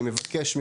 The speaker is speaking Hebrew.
אני מבקש,